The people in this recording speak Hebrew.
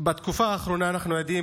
בתקופה האחרונה אנחנו עדים